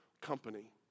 company